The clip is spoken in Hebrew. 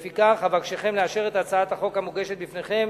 לפיכך אבקשכם לאשר את הצעת החוק המוגשת בפניכם